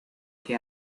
que